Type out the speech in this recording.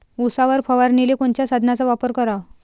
उसावर फवारनीले कोनच्या साधनाचा वापर कराव?